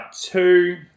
two